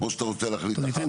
או שאתה רוצה להחליט אחר כך?